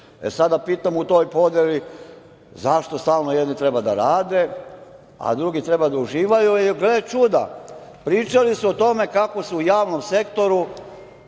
E sada pitam, u toj podeli – zašto stalno jedni treba da rade, a drugi treba da uživaju? Gle čuda, pričali su o tome kako se u javnom sektoru,